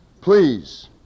Please